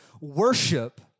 worship